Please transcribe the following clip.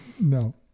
No